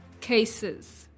cases